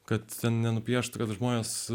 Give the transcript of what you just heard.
kad nenupieštumėte žmonės